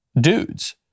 dudes